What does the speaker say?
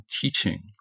teaching